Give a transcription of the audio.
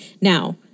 Now